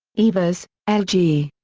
evers, l. g.